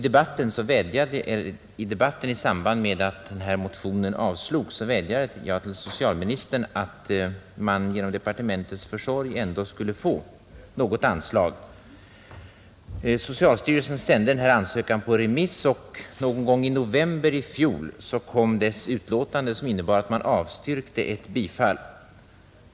I debatten i samband med att denna motion avslogs vädjade jag till socialministern om att föreningen genom departementets försorg ändå skulle få något anslag. Socialstyrelsen sände denna ansökan på remiss, och någon gång i november i fjol kom dess utlåtande som innebar att man avstyrkte bifall.